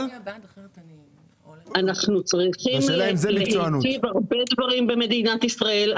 אנחנו צריכים להיטיב הרבה דברים במדינת ישראל,